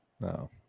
no